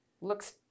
looks